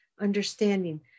understanding